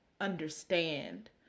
understand